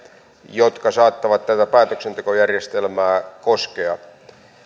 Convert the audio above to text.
jotka saattavat tätä päätöksentekojärjestelmää koskea